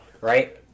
right